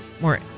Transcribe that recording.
more